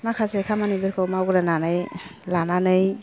माखासे खामानिफोरखौ मावग्रोनानै लानानै